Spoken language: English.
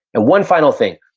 and one final thing,